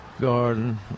garden